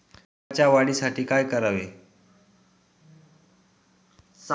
मकाच्या वाढीसाठी काय करावे?